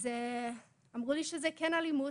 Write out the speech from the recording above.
אז אמרו לי שזו כן אלימות,